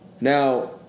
Now